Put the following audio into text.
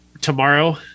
tomorrow